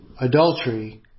Adultery